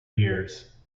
years